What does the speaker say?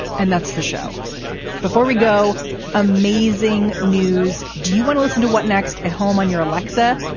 and that's the show before we go amazing news. do you want to listen to what next at home on your aleksa?